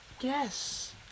Yes